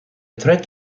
threat